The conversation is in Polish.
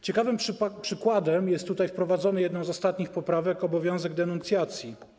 Ciekawym przykładem jest wprowadzony jedną z ostatnich poprawek obowiązek denuncjacji.